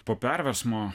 po perversmo